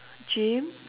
gym